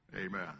Amen